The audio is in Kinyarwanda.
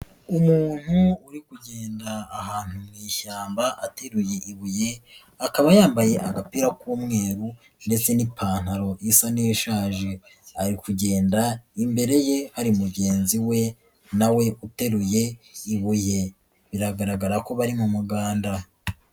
Umuntu uri kugenda ahantu mu ishyamba ateruye ibuye, akaba yambaye agapira k'umweru ndetse n'ipantaro isa n'ishaje, ari kugenda imbere ye hari mugenzi we na we uteruye ibuye. Biragaragara ko bari mu muganda.